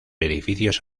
edificios